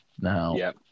now